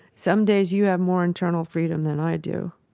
some days you have more internal freedom than i do.